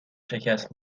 شکست